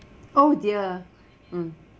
oh dear mm